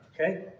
Okay